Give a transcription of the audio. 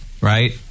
right